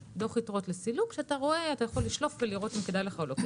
דוח יתרות לסילוק שאתה יכול לשלוף ולראות אם כדאי לך או לא.